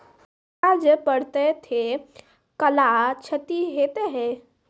बरसा जा पढ़ते थे कला क्षति हेतै है?